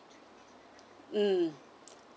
mm